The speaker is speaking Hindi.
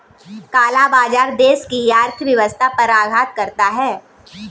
काला बाजार देश की अर्थव्यवस्था पर आघात करता है